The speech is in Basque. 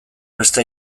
beste